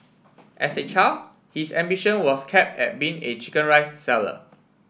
as a child his ambition was cap at being a chicken rice seller